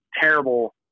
terrible